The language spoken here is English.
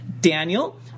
Daniel